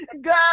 God